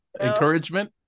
encouragement